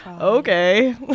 okay